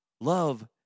Love